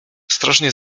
ostrożnie